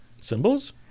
symbols